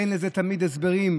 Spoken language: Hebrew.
אין לזה תמיד הסברים.